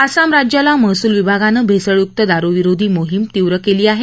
आसाम राज्याला महसूल विभागानं भेसळयुक्त दारुविरोधी मोहीम तीव्र केली आहे